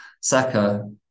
Saka